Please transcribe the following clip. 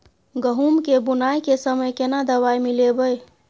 गहूम के बुनाई के समय केना दवाई मिलैबे?